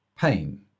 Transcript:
pain